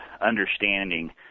understanding